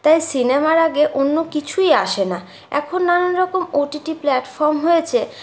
তাই সিনেমার আগে অন্য কিছুই আসে না এখন নানানরকম ওটিটি প্ল্যাটফর্ম হয়েছে